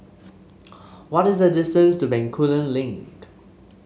what is the distance to Bencoolen Link